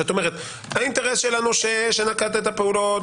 שאת אומרת: האינטרס של הנושה שנקט את הפעולות